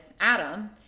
adam